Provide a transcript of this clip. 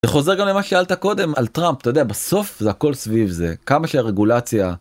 זה חוזר גם למה ששאלת קודם על טראמפ אתה יודע בסוף זה הכל סביב זה כמה שהרגולציה.